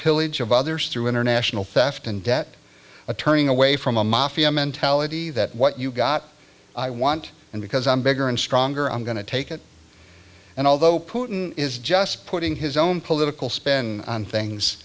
pillage of others through international theft and debt a turning away from a mafia mentality that what you've got i want and because i'm bigger and stronger i'm going to take it and although putin is just putting his own political spin on things